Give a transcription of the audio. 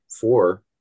four